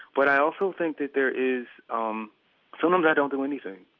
but i also think that there is um sometimes i don't do anything.